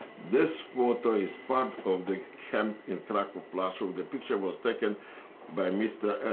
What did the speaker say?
this photo is part of the camp in krakow-plaszow. the picture was taken by mr.